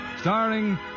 starring